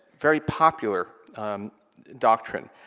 very popular doctrine,